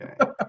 Okay